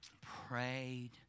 Prayed